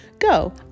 Go